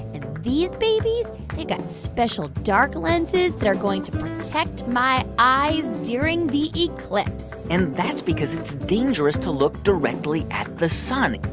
and these babies they got special dark lenses that are going to protect my eyes during the eclipse and that's because it's dangerous to look directly at the sun,